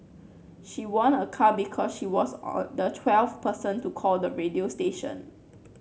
she won a car because she was the twelfth person to call the radio station